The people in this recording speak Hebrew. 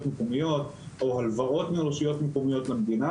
- לא רק שאנחנו לא מצמצמים את הפער אלא הפער ממשיך לגדול,